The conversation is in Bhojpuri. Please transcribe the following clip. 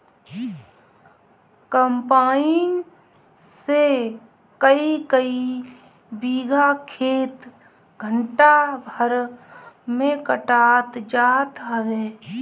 कम्पाईन से कईकई बीघा खेत घंटा भर में कटात जात हवे